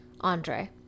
andre